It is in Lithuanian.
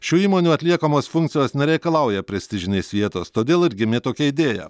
šių įmonių atliekamos funkcijos nereikalauja prestižinės vietos todėl ir gimė tokia idėja